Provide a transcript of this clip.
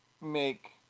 make